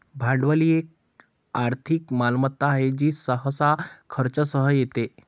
भांडवल ही एक आर्थिक मालमत्ता आहे जी सहसा खर्चासह येते